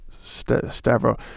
Stavro